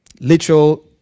Literal